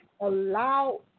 allow